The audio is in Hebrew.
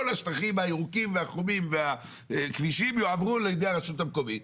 כל השטחים הירוקים והחומים והכבישים יועברו לידי הרשות המקומית.